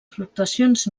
fluctuacions